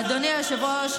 אדוני היושב-ראש,